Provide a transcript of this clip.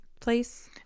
place